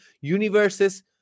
universes